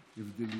ההבדלים.